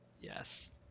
yes